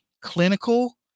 clinical